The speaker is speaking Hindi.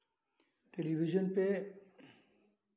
टेलीविज़न पे